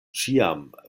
ĉiam